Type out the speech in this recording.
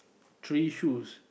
three shoes